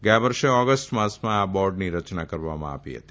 ગયા વર્ષે ઓગષ્ટ માસમાં આ બોર્ડની રચના કરવામાં આવી હતી